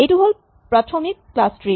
এইটো হ'ল প্ৰাথমিক ক্লাচ ট্ৰী